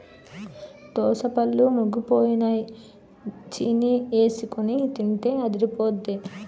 దోసపళ్ళు ముగ్గిపోయినై చీనీఎసికొని తింటే అదిరిపొద్దే